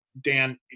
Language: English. Dan